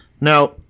Now